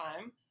time